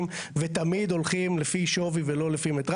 ותמיד הולכים לפי שווי ולא לפי מטר.